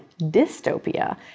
dystopia